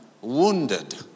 wounded